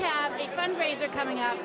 have a fundraiser coming out